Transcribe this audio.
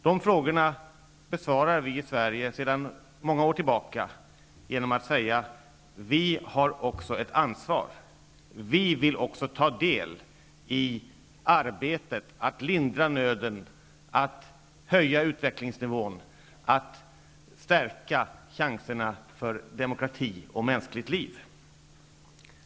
Dessa frågar besvarar vi i Sverige sedan många år tillbaka genom att säga: Vi har också ett ansvar, och vi vill också ta del i arbetet med att lindra nöden, att höja utvecklingsnivån och att stärka chanserna för demokrati och mänskligt liv.